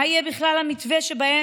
מה יהיה בכלל המתווה שבו